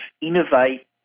innovate